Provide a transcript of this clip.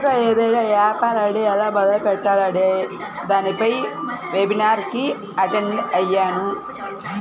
సొంతగా ఏదైనా యాపారాన్ని ఎలా మొదలుపెట్టాలి అనే దానిపై వెబినార్ కి అటెండ్ అయ్యాను